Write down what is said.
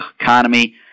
economy